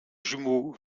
jumeau